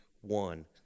One